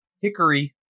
hickory